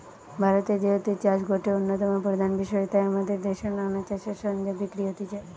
ভারতে যেহেতু চাষ গটে অন্যতম প্রধান বিষয় তাই আমদের দেশে নানা চাষের সরঞ্জাম বিক্রি হতিছে